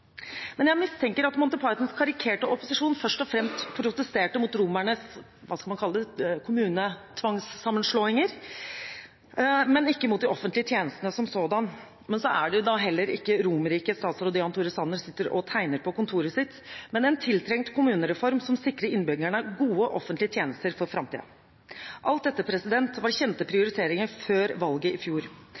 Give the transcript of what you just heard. Jeg mistenker at Monty Pythons karikerte opposisjon først og fremst protesterte mot romernes – hva skal man kalle det – kommunetvangssammenslåinger, men ikke mot de offentlige tjenestene som sådan. Men så er det da heller ikke Romerriket statsråd Jan Tore Sanner sitter og tegner på kontoret sitt, men en tiltrengt kommunereform som sikrer innbyggerne gode, offentlige tjenester for framtiden. Alt dette var kjente prioriteringer før valget i fjor.